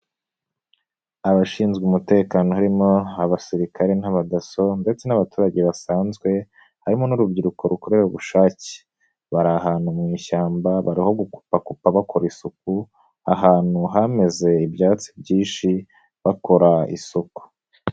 Abashinzwe umutekano harimo abasirikare n'abadaso ndetse n'abaturage basanzwe harimo n'urubyiruko rukorera ubushake bari ahantu mu ishyamba bariho gukupakupa bakora isuku ahantu hameze ibyatsi byinshi bakora isuku.